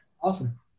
Awesome